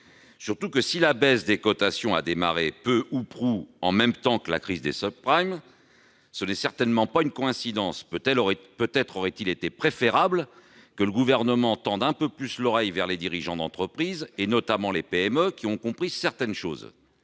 d'autant que, si la baisse des cotations a démarré peu ou prou en même temps que la crise des, ce n'est certainement pas une coïncidence. Peut-être aurait-il été préférable que le Gouvernement tende un peu plus l'oreille vers les dirigeants d'entreprises et, notamment, de PME, car ces derniers ont compris certaines choses.